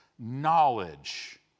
Knowledge